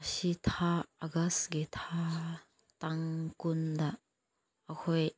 ꯑꯁꯤ ꯊꯥ ꯑꯒꯁꯀꯤ ꯊꯥ ꯇꯥꯡ ꯀꯨꯟꯗ ꯑꯩꯈꯣꯏ